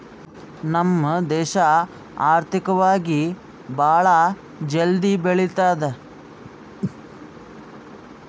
ನಮ್ ದೇಶ ಆರ್ಥಿಕವಾಗಿ ಭಾಳ ಜಲ್ದಿ ಬೆಳಿಲತ್ತದ್